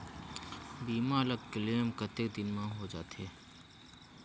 बीमा ला क्लेम कतेक दिन मां हों जाथे?